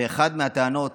ואחת הטענות